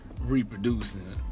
reproducing